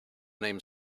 name